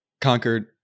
conquered